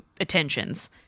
attentions